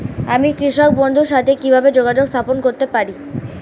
আমি কৃষক বন্ধুর সাথে কিভাবে যোগাযোগ স্থাপন করতে পারি?